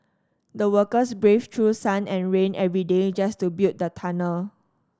the workers braved through sun and rain every day just to build the tunnel